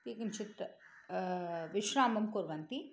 ते किञ्चित् विश्रामं कुर्वन्ति